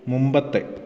മുമ്പത്തെ